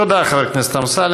תודה, חבר הכנסת אמסלם.